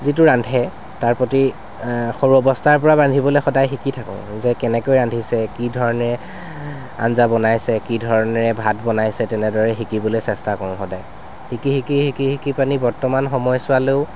যিটো ৰান্ধে তাৰ প্ৰতি সৰু অৱস্থাৰ পৰা ৰান্ধিবলৈ সদাই শিকি থাকো যে কেনেকৈ ৰান্ধিছে কি ধৰণে আঞ্জা বনাইছে কি ধৰণেৰে ভাত বনাইছে তেনেদৰে শিকিবলৈ চেষ্টা কৰো সদাই শিকি শিকি শিকি শিকি পেনি বৰ্তমান সময়ছোৱালৈয়ো